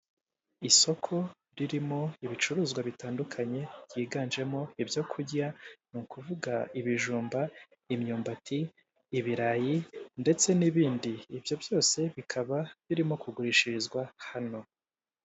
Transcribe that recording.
Isoko ririmo ibicuruzwa bitandukanye byiganjemo ibyo kurya, ni ukuvuga ibijumba, imyumbati, ibirayi ndetse n'ibindi ibyo byose bikaba birimo kugurishirizwa hano.